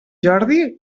jordi